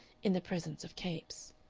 in the presence of capes.